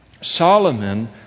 Solomon